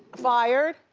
fired?